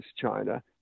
China